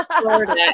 Florida